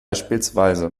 bspw